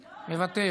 מוותר.